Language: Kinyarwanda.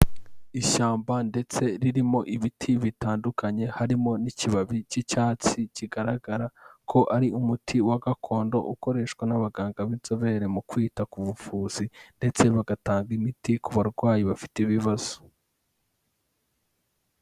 Ishyamba ndetse ririmo ibiti bitandukanye, harimo n'ikibabi cy'icyatsi, kigaragara ko ari umuti wa gakondo ukoreshwa n'abaganga b'inzobere mu kwita ku buvuzi, ndetse bagatanga imiti ku barwayi bafite ibibazo.